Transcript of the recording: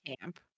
Camp